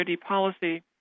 policy